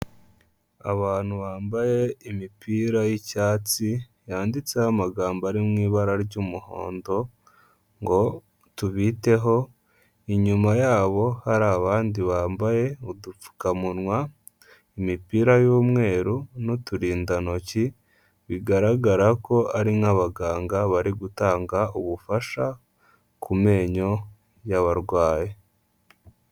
Abantu bambaye imipira y'icyatsi yanditseho amagambo ari mu ibara ry'umuhondo ngo tubiteho inyuma yabo hari abandi bambaye udupfukamunwa imipira y'umweru n'uturinda ntoki bigaragara ko ari nk'abaganga bari gutanga ubufasha ku menyo y'ababarwayi.